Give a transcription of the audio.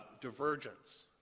divergence